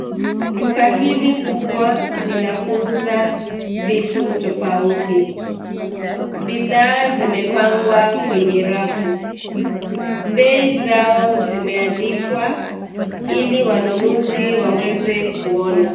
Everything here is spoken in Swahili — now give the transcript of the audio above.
Duka hili kubwa ni la kuuza vitu tofauti, bidaa zimepangwa kwenye rafu, bei zao zimeandikwa ili wanunuzi waweze kuona.